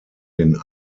den